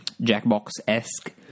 Jackbox-esque